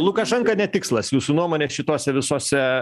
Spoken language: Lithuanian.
lukašenka ne tikslas jūsų nuomone šituose visuose